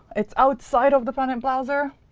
it's outside of the planet browser.